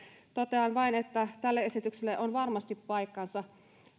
totean vain että tälle esitykselle on varmasti paikkansa